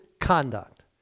conduct